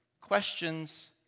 questions